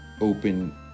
open